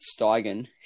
Steigen